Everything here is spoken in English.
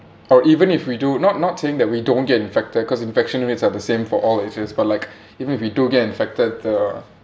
or even if we do not not saying that we don't get infected cause infection rates are the same for all ages but like even if we do get infected the